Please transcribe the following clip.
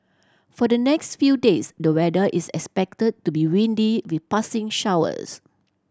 for the next few days the weather is expected to be windy with passing showers